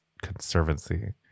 Conservancy